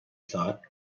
thought